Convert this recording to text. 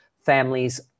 families